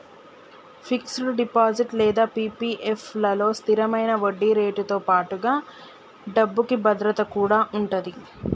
fixed deposit లేదా PPF లలో స్థిరమైన వడ్డీరేటుతో పాటుగా డబ్బుకి భద్రత కూడా ఉంటది